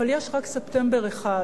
אבל יש רק ספטמבר אחד